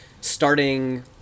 starting